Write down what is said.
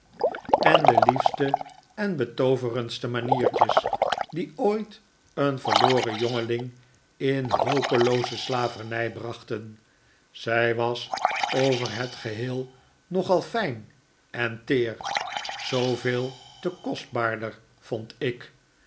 en de liefste en betooverendste maniertjes die ooit een verloren jongeling in hopelooze slavernij brachten zij was over het geheel nogal fijn en teer zooveelte kostbaarder vond ik